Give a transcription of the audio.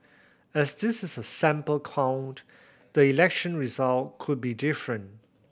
as this is a sample count the election result could be different